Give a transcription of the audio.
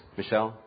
Michelle